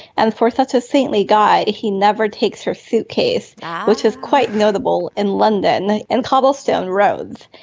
and for such a saintly guy he never takes her suitcase which is quite notable in london and cobblestone roads.